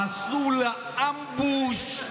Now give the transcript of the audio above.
עשו לה אמבוש.